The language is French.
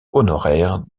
honoraire